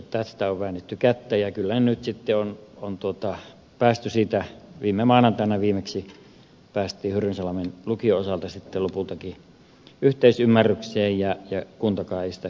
tästä on väännetty kättä ja kyllä nyt sitten viime maanantaina viimeksi päästiin hyrynsalmen lukion osalta lopultakin yhteisymmärrykseen ja kuntakaan ei sitä sitten vastustanut